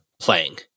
playing